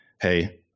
Hey